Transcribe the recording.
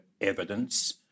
evidence